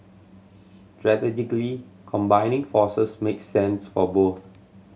strategically combining forces makes sense for both